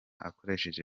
akoresheje